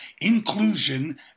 inclusion